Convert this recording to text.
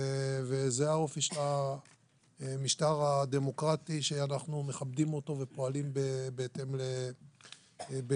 וזה האופי של המשטר הדמוקרטי שאנחנו מכבדים אותו ופועלים בהתאם לרוחו,